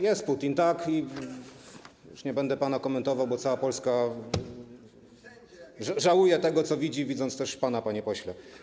Jest Putin, tak, już nie będę tego komentował, bo cała Polska żałuje tego, co widzi, widząc też pana, panie pośle.